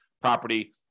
property